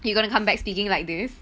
you going to come back speaking like this